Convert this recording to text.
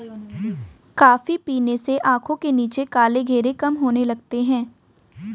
coffee पीने से आंखों के नीचे काले घेरे कम होने लगते हैं